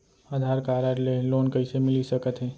आधार card ले loan कइसे मिलिस सकत हे?